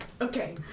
Okay